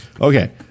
Okay